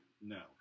No